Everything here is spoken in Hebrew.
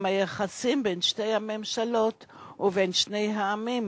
היחסים בין שתי הממשלות ובין שני העמים